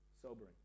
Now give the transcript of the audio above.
Sobering